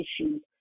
issues